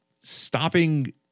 Stopping